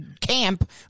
camp